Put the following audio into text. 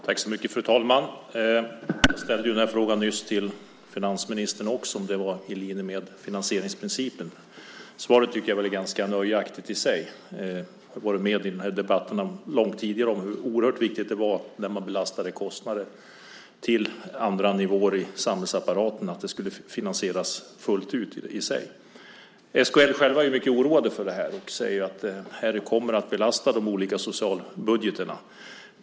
Fru talman! Jag ställde den här frågan nyss till finansministern också, nämligen om detta var i linje med finansieringsprincipen. Svaret tycker jag väl är ganska nöjaktigt. Jag har varit med i den här debatten långt tidigare om hur oerhört viktigt det var när man belastade kostnader till andra nivåer i samhällsapparaten att det skulle finansieras fullt ut i sig. SKL själva är mycket oroade för det här och säger att det här kommer att belasta de olika socialbudgetarna.